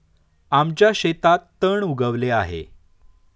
आमच्या शेतात तण उगवले आहे